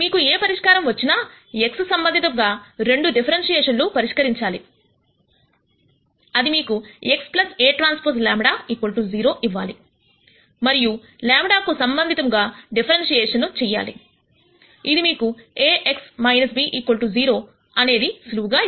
మీకు ఏ పరిష్కారం వచ్చినా x సంబంధితముగా రెండు డిఫరెన్స్షిఏషన్లు పరిష్కరించాలి అది మీకు x Aᵀ λ 0 ఇవ్వాలి మరియు యు λ కు సంబంధితముగా డిఫరెన్స్షిఏషన్ చెయ్యాలి ఇది మీకు A x b 0 అనేది సులువుగా ఇస్తుంది